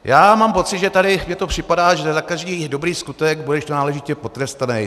Já mám pocit, že tady mně to připadá, že za každý dobrý skutek budeš tu náležitě potrestaný.